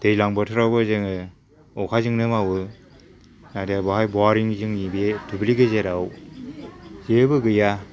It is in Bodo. दैलां बोथोरावबो जोङो अ'खाजोंनो मावो आरो बेहाय बवारिं जोंनि बे दुब्लि गेजेराव जेबो गैया